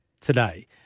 today